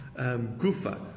Gufa